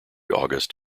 august